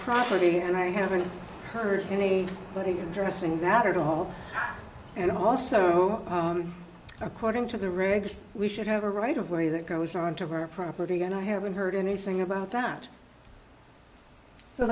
property and i haven't heard any thing interesting that at all and also according to the regs we should have a right of way that goes on to our property and i haven't heard anything about that